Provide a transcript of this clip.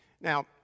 Now